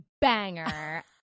banger